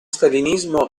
stalinismo